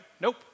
Nope